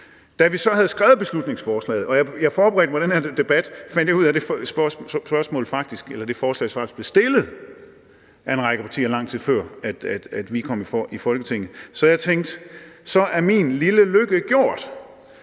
Da vi så havde skrevet beslutningsforslaget, og jeg forberedte mig på den her debat, fandt jeg ud af, at det forslag faktisk var blevet fremsat af en lang række partier, lang tid før vi kom i Folketinget, så jeg tænkte: Så er min lille lykke gjort.